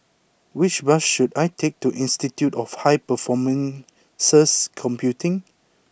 which bus should I take to Institute of High Performance Computing